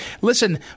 Listen